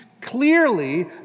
Clearly